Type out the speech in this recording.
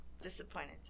Disappointed